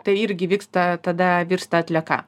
tai irgi vyksta tada virsta atlieka